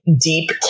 deep